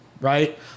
right